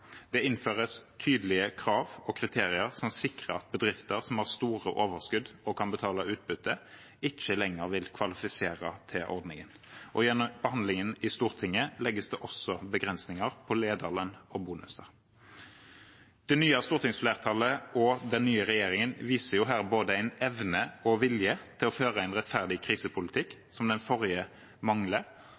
Det innføres tydelige krav og kriterier som sikrer at bedrifter som har store overskudd og kan betale utbytte, ikke lenger vil kvalifisere til ordningen. Gjennom behandlingen i Stortinget legges det også begrensninger på lederlønn og bonuser. Det nye stortingsflertallet og den nye regjeringen viser her både evne og vilje til å føre en rettferdig krisepolitikk som den forrige